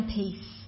peace